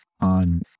on